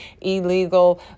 illegal